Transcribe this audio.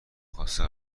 خواسته